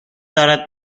دارد